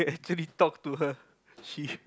truly talk to her she